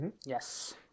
yes